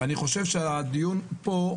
אני חושב שהדיון פה,